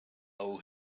owe